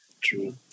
True